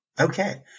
Okay